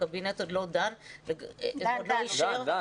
הקבינט עוד לא דן ועוד לא אישר --- הוא דן,